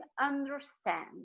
understand